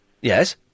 Yes